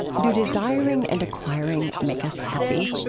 do desiring and acquiring make us happy?